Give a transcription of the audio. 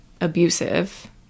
abusive